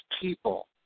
people